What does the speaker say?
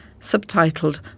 Subtitled